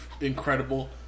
incredible